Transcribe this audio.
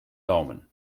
daumen